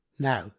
now